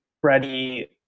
Freddie